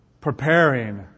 Preparing